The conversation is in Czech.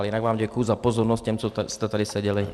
Jinak vám děkuji za pozornost těm, co jste tady seděli.